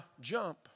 jump